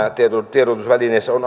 tiedotusvälineissä on